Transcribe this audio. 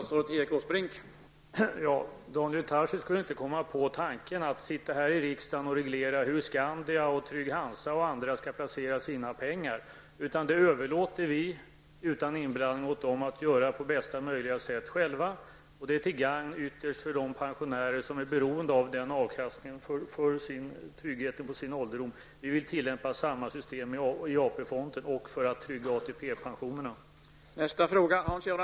Herr talman! Daniel Tarschys skulle inte komma på tanken att man genom riksdagsbeslut skall reglera hur Skandia, Trygg-Hansa och andra försäkringsbolag skall placera sina pengar, utan det överlåter vi utan inblandning åt bolagen själva att avgöra på bästa möjliga sätt, vilket är till gagn ytterst för de pensionärer som är beroende av denna avkastning för sin trygghet under ålderdomen. Vi vill tillämpa samma system för AP fonderna för att trygga ATP-pensionerna.